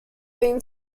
been